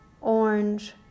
orange